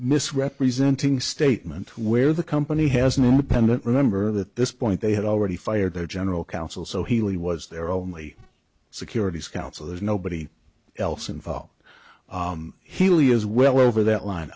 mis representing statement where the company has an independent remember that this point they had already fired their general counsel so he was their only securities counsel there's nobody else involved healey is well over that line